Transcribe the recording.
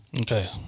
Okay